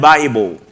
Bible